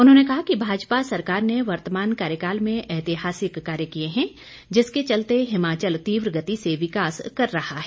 उन्होंने कहा कि भाजपा सरकार ने वर्तमान कार्यकाल में ऐतिहासिक कार्य किए हैं जिसके चलते हिमाचल तीव्र गति से विकास कर रहा है